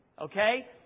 Okay